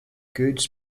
goods